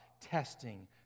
testing